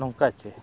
ᱱᱚᱝᱠᱟ ᱥᱮ